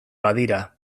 badira